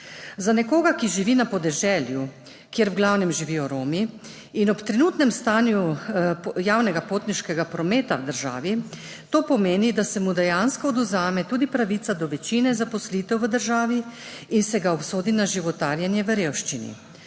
Za nekoga, ki živi na podeželju, kjer v glavnem živijo Romi, ob trenutnem stanju javnega potniškega prometa v državi, to pomeni, da se mu dejansko odvzame tudi pravica do večine zaposlitev v državi in se ga obsodi na životarjenje v revščini.